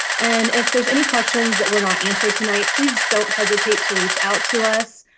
and if there's any questions that were not answered tonight, please don't hesitate to reach out to us.